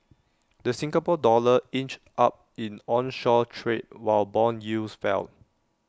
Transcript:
the Singapore dollar inched up in onshore trade while Bond yields fell